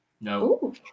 No